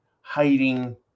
hiding